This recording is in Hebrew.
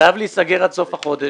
חייב להיסגר עד סוף החודש.